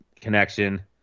connection